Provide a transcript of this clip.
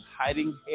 hiding